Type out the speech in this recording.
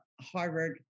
Harvard